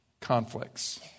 conflicts